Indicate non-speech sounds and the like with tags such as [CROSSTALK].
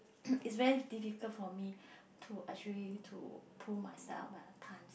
[COUGHS] is very difficult for me to actually to pull myself up at times